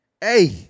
Hey